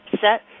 Set